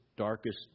darkest